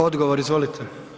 Odgovor, izvolite.